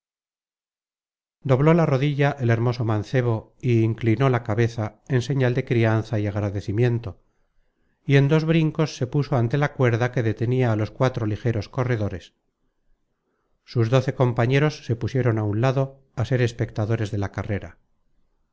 dobló la rodilla el hermoso mancebo y inclinó la cabeza en señal de crianza y agradecimiento y en dos brincos se puso ante la cuerda que detenia á los cuatro ligeros corredores sus doce compañeros se pusieron a un lado á ser espectadores de la carrera